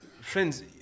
Friends